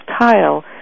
tile